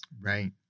Right